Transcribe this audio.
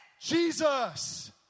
Jesus